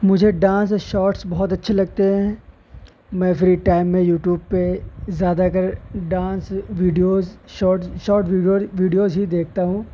مجھے dance shorts بہت اچھے لگتے ہیں میں فری ٹائم میں یوٹیوب پہ زیادہ تر dance videos shorts short videos ہی دیکھتا ہوں